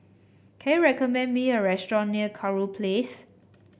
can you recommend me a restaurant near Kurau Place